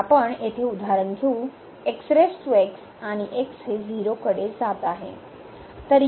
आता आपण येथे उदाहरण घेऊ आणि x हे 0 कडे जात आहे